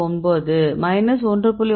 9 minus 1